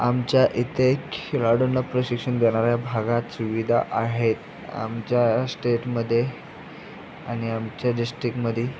आमच्या इथे खेळाडूंना प्रशिक्षण देणाऱ्या भागात सुविधा आहेत आमच्या स्टेटमध्ये आणि आमच्या डिस्टिक्टमध्ये